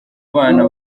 abana